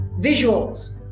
visuals